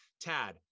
Tad